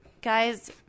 Guys